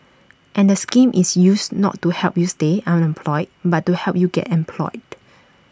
and the scheme is used not to help you stay unemployed but to help you get employed